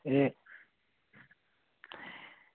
एह्